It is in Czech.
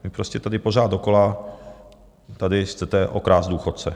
Vy prostě tady pořád dokola chcete okrást důchodce.